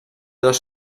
dos